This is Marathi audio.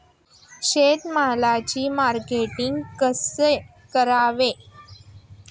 शेतमालाचे मार्केटिंग कसे करावे?